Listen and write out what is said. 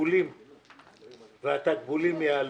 והתקבולים יעלו.